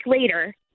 later –